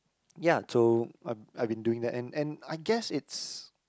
ya so I've I've been doing that and and I guess it's